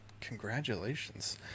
Congratulations